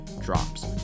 drops